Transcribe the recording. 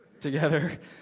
together